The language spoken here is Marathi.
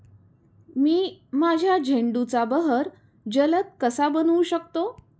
मी माझ्या झेंडूचा बहर जलद कसा बनवू शकतो?